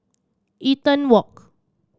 Eaton Walk